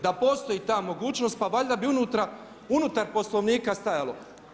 Da postoji ta mogućnost, pa valjda bi unutar Poslovnika stajalo.